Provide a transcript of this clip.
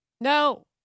No